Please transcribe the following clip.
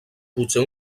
potser